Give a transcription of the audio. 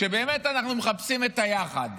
שבאמת אנחנו מחפשים את היחד,